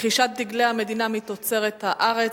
(רכישת דגלי המדינה מתוצרת הארץ),